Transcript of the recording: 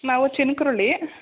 ನಾವು ಚಿನಕುರಳಿ